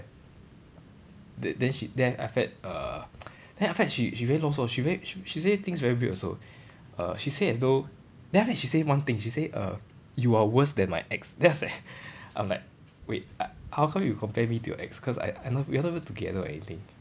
then then she then after that err then after that she she very lor sor she very she she say things very weird also err she said as though then after that she say one thing she said err you are worse than my ex then after that I'm like wait how come you compare me to your ex cause I I not we're not even together or anything